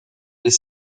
des